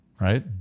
Right